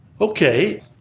Okay